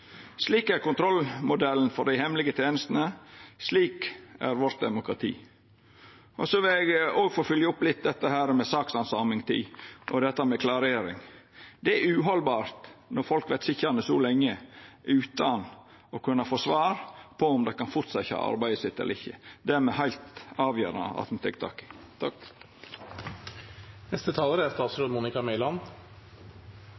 Slik er kontrollmodellen for dei hemmelege tenestene. Slik er vårt demokrati. Eg vil òg fylgja opp det som gjeld sakshandsamingstid og klarering. Det er uhaldbart når folk vert sitjande så lenge utan å kunna få svar på om dei kan fortsetja arbeidet sitt eller ikkje. Det er det heilt avgjerande